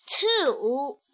Two